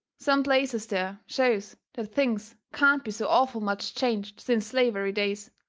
some places there shows that things can't be so awful much changed since slavery days,